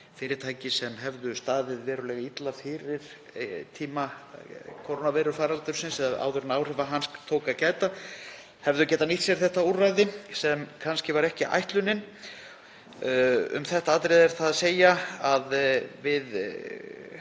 fyrirtæki sem hefðu staðið verulega illa fyrir tíma kórónuveirufaraldursins, eða áður en áhrifa hans tók að gæta, hefðu getað nýtt sér þetta úrræði sem kannski var ekki ætlunin. Um þetta atriði er það að segja að við